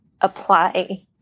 apply